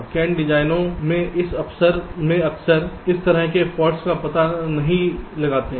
scan डिजाइनों में हम अक्सर इस तरह के फॉल्ट्स का पता नहीं लगाते हैं